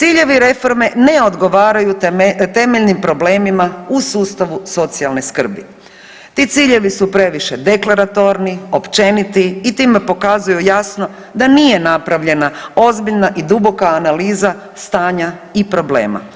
Tri, ciljevi reforme ne odgovaraju temeljnim problemima u sustavu socijalne skrbi, ti ciljevi su previše deklaratorni, općeniti i time pokazuju jasno da nije napravljena ozbiljna i duboka analiza stanja i problema.